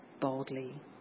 boldly